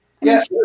Yes